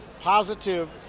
positive